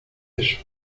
eso